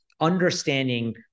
understanding